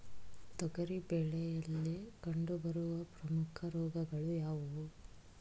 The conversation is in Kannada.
ತೊಗರಿ ಬೆಳೆಯಲ್ಲಿ ಕಂಡುಬರುವ ಪ್ರಮುಖ ರೋಗಗಳು ಯಾವುವು?